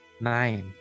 Nine